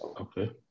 Okay